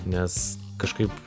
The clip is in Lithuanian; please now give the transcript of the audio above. nes kažkaip